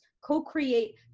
co-create